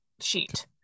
sheet